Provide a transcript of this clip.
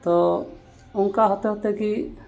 ᱛᱚ ᱚᱱᱠᱟ ᱦᱚᱛᱮ ᱦᱚᱛᱮᱜᱮ